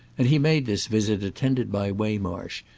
and he made this visit attended by waymarsh,